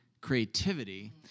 creativity